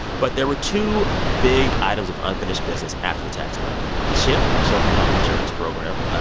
but there were two big items of unfinished business after the tax bill chip, the children's health insurance program,